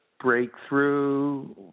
breakthrough